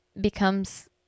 becomes